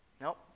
Nope